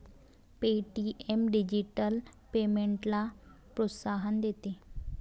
Paytm digital पेमेंट्सला प्रोत्साहन देते